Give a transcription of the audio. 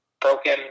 broken